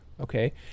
okay